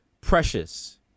precious